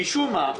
משום מה,